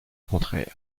contraire